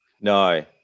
No